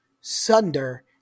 Sunder